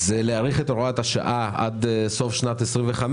להאריך את הוראת השעה עד סוף שנת 2025,